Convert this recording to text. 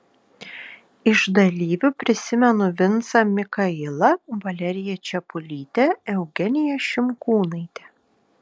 iš dalyvių prisimenu vincą mikailą valeriją čepulytę eugeniją šimkūnaitę